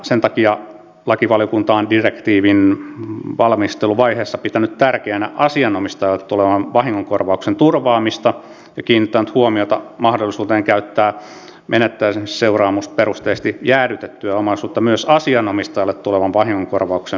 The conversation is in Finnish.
sen takia lakivaliokunta on direktiivin valmisteluvaiheessa pitänyt tärkeänä asianomistajalle tulevan vahingonkorvauksen turvaamista ja kiinnittänyt huomiota mahdollisuuteen käyttää menettämisseuraamisperusteisesti jäädytettyä omaisuutta myös asianomistajalle tulevan vahingonkorvauksen suorittamiseen